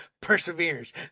perseverance